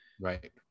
Right